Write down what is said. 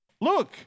look